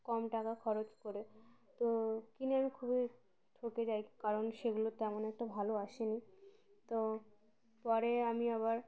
কম টাকা খরচ করে তো কিনে আমি খুবই ঠকে যাই কারণ সেগুলো তেমন একটা ভালো আসেনি তো পরে আমি আবার